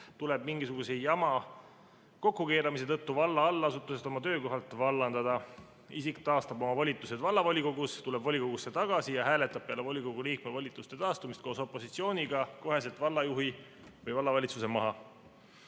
tuleb mingi jama kokkukeeramise tõttu valla allasutusest oma töökohalt vallandada. Isik taastab oma volitused vallavolikogus, tuleb volikogusse tagasi ja hääletab peale volikogu liikme volituste taastamist koos opositsiooniga kohe vallajuhi või vallavalitsuse maha.